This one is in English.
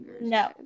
no